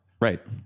right